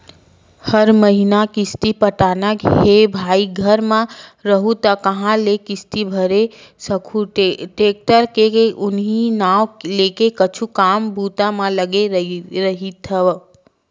हर महिना किस्ती पटाना हे भई घर म रइहूँ त काँहा ले किस्ती भरे सकहूं टेक्टर के उहीं नांव लेके कुछु काम बूता म लगे रहिथव